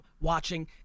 watching